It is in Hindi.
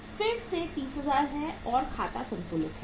यह फिर से 30000 है और खाता संतुलित है